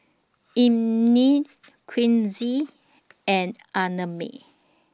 Imani Quincy and Annamae